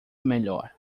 melhor